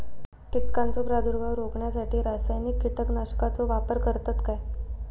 कीटकांचो प्रादुर्भाव रोखण्यासाठी रासायनिक कीटकनाशकाचो वापर करतत काय?